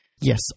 Yes